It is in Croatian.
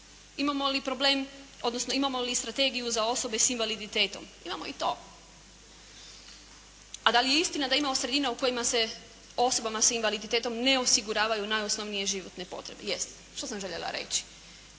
imamo li strategiju za osobe s invaliditetom? Imamo i to. A da li je istina da imamo sredine u kojima se osobama s invaliditetom ne osiguravaju najosnovnije životne potrebe? Jest. Što sam željela reći?